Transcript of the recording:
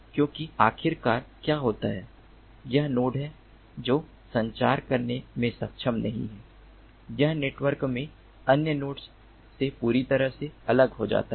क्योंकि आखिरकार क्या होता है यह नोड है जो संचार करने में सक्षम नहीं है यह नेटवर्क में अन्य नोड्स से पूरी तरह से अलग हो जाता है